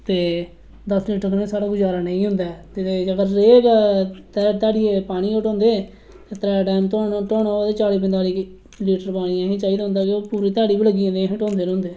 ते दस लीटर कन्नै साढ़ा गुजारा नेईं होंदा ऐ ते अगर रेह् तां ध्याड़ी पानी गै ढोंदे ते त्रै टाइम ढोना होऐ ते चाली पंताली लीटर पानी असेंगी चाहिदा होंदा ऐ ते पूरी ध्याड़ी बी लगी जंदी ढोंदे रौंहदे